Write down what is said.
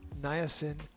niacin